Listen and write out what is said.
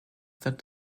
that